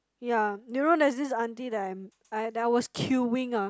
ya you know there's this aunty that I'm that I was queueing ah